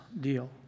deal